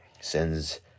sends